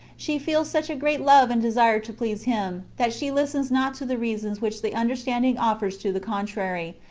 she feels such a great love and desire to please him, that she listens not to the reasons which the understanding ofipers to the contrary,